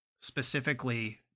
specifically